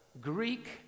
Greek